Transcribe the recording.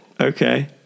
Okay